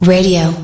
Radio